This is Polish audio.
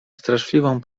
straszliwą